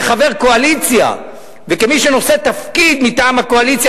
כחבר קואליציה וכמי שנושא תפקיד מטעם הקואליציה,